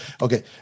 Okay